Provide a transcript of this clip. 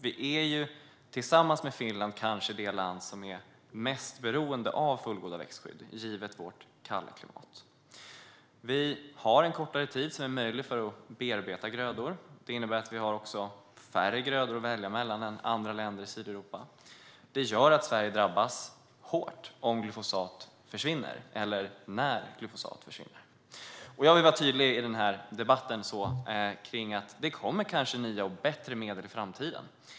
Vi är, tillsammans med Finland, kanske det land som är mest beroende av fullgoda växtskydd givet vårt kalla klimat. Vi har en kortare tid som det är möjligt att bearbeta grödor. Det innebär att vi också har färre grödor att välja mellan än andra länder i Sydeuropa. Det gör att Sverige drabbas hårt om glyfosat försvinner, eller när glyfosat försvinner. Jag vill vara tydlig i denna debatt med att det kanske kommer nya och bättre medel i framtiden.